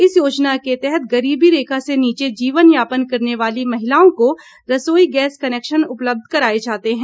इस योजना के तहत गरीबी रेखा से नीचे जीवन यापन करने वाली महिलाओं को रसोई गैस कनेक्शन उपलब्ध कराये जाते हैं